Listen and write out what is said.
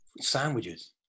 Sandwiches